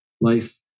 life